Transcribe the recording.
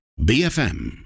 BFM